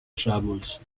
troubles